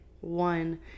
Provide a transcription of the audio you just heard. one